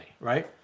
right